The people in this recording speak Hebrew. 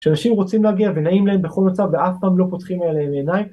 ‫כשאנשים רוצים להגיע ונעים להם ‫בכל מצב ואף פעם לא פותחים להם עיניי...